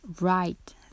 right